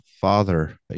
father